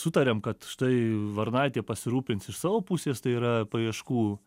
sutarėm kad štai varnaitė pasirūpins iš savo pusės tai yra paieškų